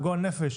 הגועל נפש,